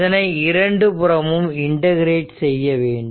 இதனை இரண்டு புறமும் இன்டகிரேட் செய்ய வேண்டும்